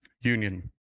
union